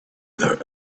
their